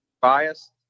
biased